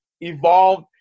evolved